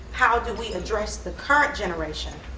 how do we address the current generation